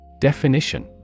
Definition